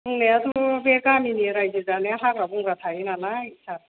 दंनायाथ' बे गामिनि रायजो जानायाव हाग्रा बंग्रा थायोनालाय सार